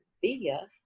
via